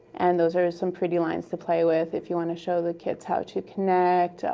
and those are some pretty lines to play with if you want to show the kids how to connect,